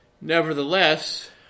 Nevertheless